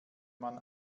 man